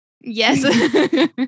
Yes